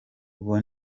utwo